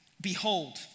Behold